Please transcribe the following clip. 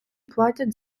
платять